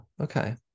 okay